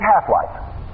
half-life